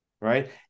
Right